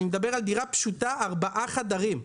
אני מדבר על דירה פשוטה של ארבעה חדרים.